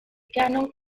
canon